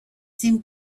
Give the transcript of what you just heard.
seem